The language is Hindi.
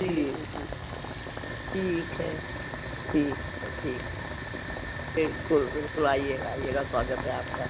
ठीक ठीक ठीक है ठीक है ठीक बिल्कुल बिल्कुल आइएगा आइएगा स्वागत है आपका